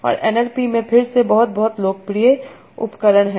और N L P में फिर से बहुत बहुत लोकप्रिय उपकरण हैं